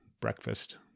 breakfast